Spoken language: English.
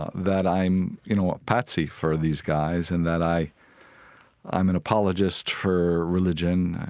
ah that i'm, you know, a patsy for these guys, and that i i'm an apologist for religion